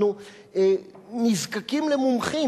אנחנו נזקקים למומחים,